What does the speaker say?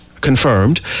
confirmed